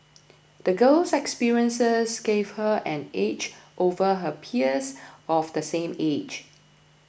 the girl's experiences gave her an edge over her peers of the same age